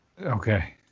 Okay